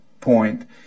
point